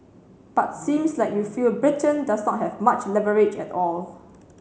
but seems like you feel Britain does not have much leverage at all